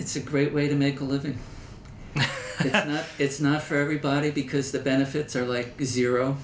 it's a great way to make a living at not it's not for everybody because the benefits are like zero